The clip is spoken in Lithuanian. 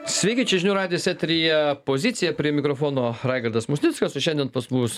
sveiki čia žinių radijas eteryje pozicija prie mikrofono raigardas musnickas o šiandien pas mus